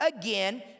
again